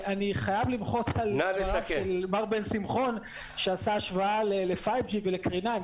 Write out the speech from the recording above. אני חייב למחות על דבריו של מר בן שמחון שעשה השוואה ל-5G ולקרינה.